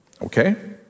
Okay